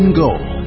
goal